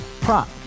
prop